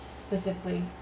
specifically